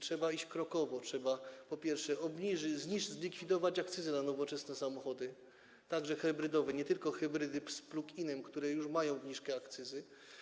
Trzeba iść krokowo, trzeba, po pierwsze, zlikwidować akcyzę na nowoczesne samochody, także hybrydowe, nie tylko hybrydy z plug-inem, które już mają obniżkę akcyzy.